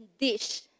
dish